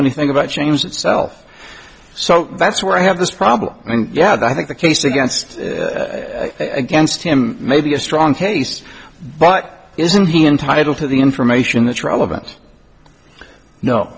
anything about change itself so that's where i have this problem and yeah i think the case against against him may be a strong case but isn't he entitled to the information that's relevant